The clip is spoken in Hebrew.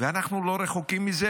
ואנחנו לא רחוקים מזה,